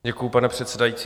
Děkuji, pane předsedající.